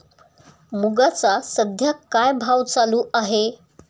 मुगाचा सध्या काय भाव चालू आहे?